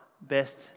Best